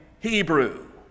Hebrew